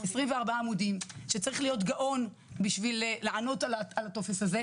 24 עמודים שצריך להיות גאון בשביל לענות על הטופס הזה.